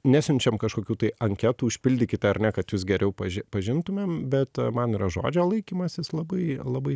nesiunčiam kažkokių tai anketų užpildykite ar ne kad jus geriau paži pažintumėm bet man yra žodžio laikymasis labai labai